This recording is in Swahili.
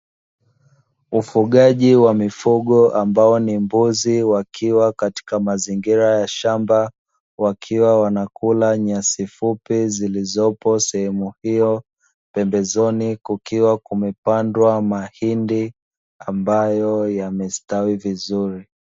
Ufugaji wa mifugo ambao ni mbuzi wakiwa katika mazingira ya shamba wakiwa wanakula nyasi fupi zilizopo sehemu hiyo, pembezoni kukiwa kumepandwa mahindi ambayo yamestawi vizuri.